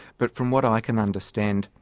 but from what i can understand,